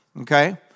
okay